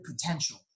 potential